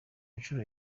nshuro